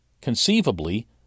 conceivably